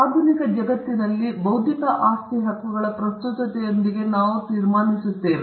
ಆಧುನಿಕ ಜಗತ್ತಿನಲ್ಲಿ ಬೌದ್ಧಿಕ ಆಸ್ತಿ ಹಕ್ಕುಗಳ ಪ್ರಸ್ತುತತೆಯೊಂದಿಗೆ ನಾವು ತೀರ್ಮಾನಿಸುತ್ತೇವೆ